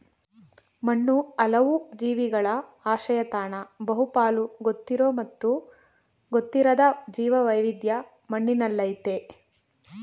ಮಣ್ಣು ಹಲವು ಜೀವಿಗಳ ಆಶ್ರಯತಾಣ ಬಹುಪಾಲು ಗೊತ್ತಿರೋ ಮತ್ತು ಗೊತ್ತಿರದ ಜೀವವೈವಿಧ್ಯ ಮಣ್ಣಿನಲ್ಲಯ್ತೆ